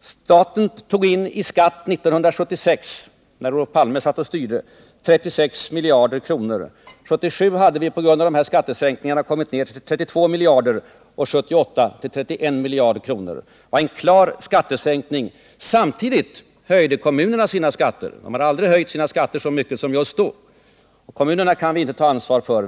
Staten tog in i direkt skatt 1976, när Olof Palme styrde, 36 miljarder kronor. 1977 hade vi på grund av skattesänkningarna kommit ned till 32 miljarder och 1978 till 31 miljarder. Det var en klar skattesänkning. Samtidigt höjde kommunerna sina skatter. Och de hade aldrig höjt skatterna så mycket som just då. Kommunerna kan vi inte ta ansvar för.